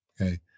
Okay